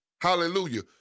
Hallelujah